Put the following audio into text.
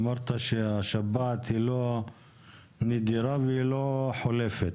אמרת שהשפעת היא לא נדירה ולא חולפת.